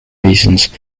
reasons